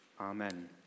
Amen